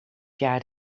jaar